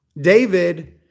David